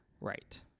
Right